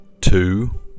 two